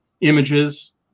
images